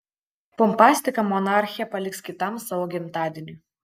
pompastiką monarchė paliks kitam savo gimtadieniui